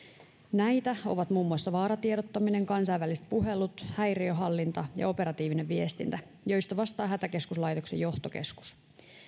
näitä ovat muun muassa vaaratiedottaminen kansainväliset puhelut häiriöhallinta ja operatiivinen viestintä joista vastaa hätäkeskuslaitoksen johtokeskus